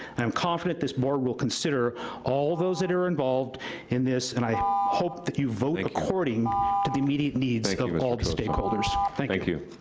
i'm confident this board will consider all those that are involved in this, and i hope that you vote according to the immediate needs like ah of and all the stakeholders. thank like you.